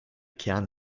kern